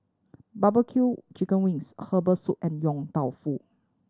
barbecue chicken wings herbal soup and Yong Tau Foo